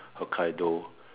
Hokkaido